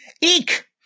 Eek